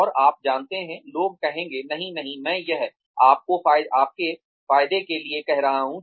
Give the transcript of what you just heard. और आप जानते हैं लोग कहेंगे नहीं नहीं मैं यह आपके फायदे के लिए कर रहा हूँ